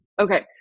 Okay